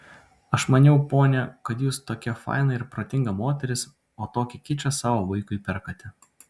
aš maniau ponia kad jūs tokia faina ir protinga moteris o tokį kičą savo vaikui perkate